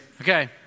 Okay